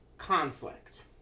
conflict